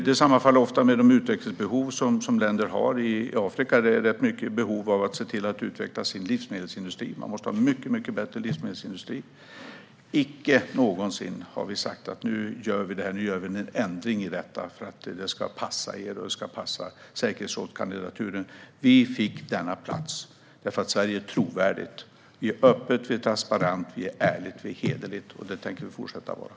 Detta sammanfaller ofta med de utvecklingsbehov som länder i Afrika har, där det finns ganska stora behov av att se till att utveckla livsmedelsindustrin. De måste ha en mycket bättre livsmedelsindustri. Aldrig någonsin har vi sagt: Nu gör vi en ändring av detta för att det ska passa er och passa vår kandidatur till säkerhetsrådet. Vi fick denna plats därför att Sverige är trovärdigt. Vi är ett öppet, transparent, ärligt och hederligt land, och det tänker vi fortsätta vara.